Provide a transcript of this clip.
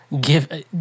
Give